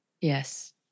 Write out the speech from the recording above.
Yes